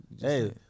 hey